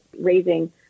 raising